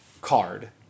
card